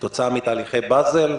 כתוצאה מתהליכי באזל,